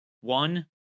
One